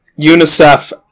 UNICEF